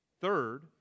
Third